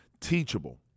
Teachable